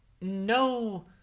no